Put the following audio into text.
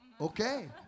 okay